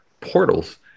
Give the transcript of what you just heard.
portals